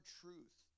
truth